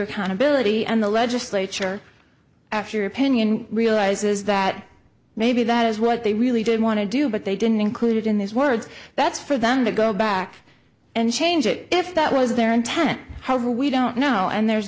accountability and the legislature after opinion realizes that maybe that is what they really did want to do but they didn't include it in those words that's for them to go back and change it if that was their intent however we don't know and there's